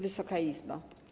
Wysoka Izbo!